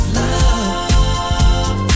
love